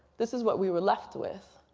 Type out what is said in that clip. this is what we were left with,